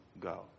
go